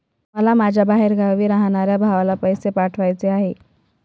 मला माझ्या बाहेरगावी राहणाऱ्या भावाला पैसे पाठवायचे आहे